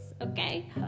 okay